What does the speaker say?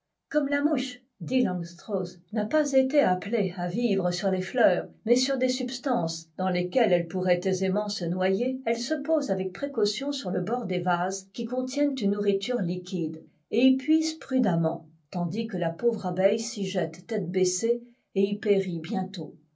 comme la mouche dit langstroth n'a pas été appelée à vivre sur les fleurs mais sur des substances dans lesquelles elle pourrait aisément se noyer elle se pose avec précaution sur le bord des vases qui contiennent une nourriture liquide et y puise prudemment tandis que la pauvre abeille s'y jette tête baissée et y périt bientôt